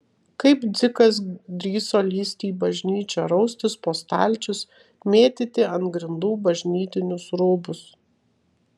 kaip dzikas drįso lįsti į bažnyčią raustis po stalčius mėtyti ant grindų bažnytinius rūbus